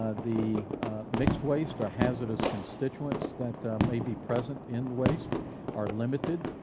ah the mixed waste, or hazardous constituents that may be present in the waste are limited,